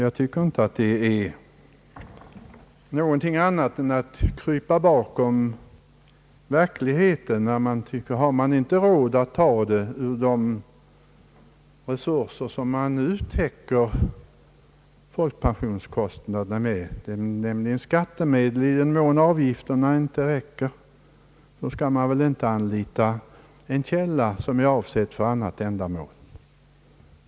Har man inte råd att betala en höjning av folkpensionen med de resurser som nu täcker folkpensionskostnaderna, nämligen skattemedel i den mån avgifterna inte räcker till, så skall man inte anlita en källa som är avsedd för annat ändamål. Jag tycker inte att det vore något annat än att krypa bakom verkligheten.